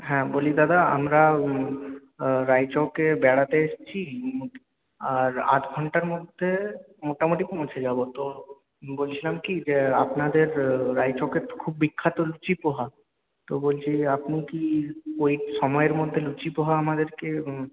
হ্যাঁ বলি দাদা আমরা রায়চকে বেড়াতে এসছি আর আধঘন্টার মধ্যে মোটামুটি পৌঁছে যাবো তো বলছিলাম কি যে আপনাদের রায়চকের তো খুব বিখ্যাত লুচির পোহা তো বলছি আপনি কি ওই সময়ের মধ্যে লুচি পোহা আমাদেরকে